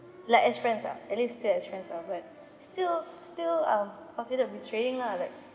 like as friends ah at least still as friends ah but still still um considered betraying lah like